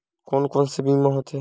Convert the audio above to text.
कोन कोन से बीमा होथे?